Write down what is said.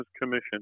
commission